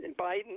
Biden